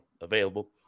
available